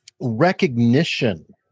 recognition